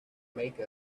make